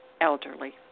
Elderly